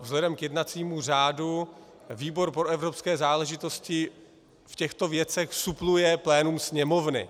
Vzhledem k jednacímu řádu výbor pro evropské záležitosti v těchto věcech supluje plénum Sněmovny.